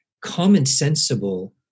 common-sensible